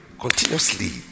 continuously